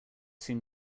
seem